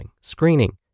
screening